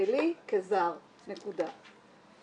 ישראלי כזר, נקודה.